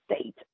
state